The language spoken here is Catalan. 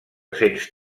cents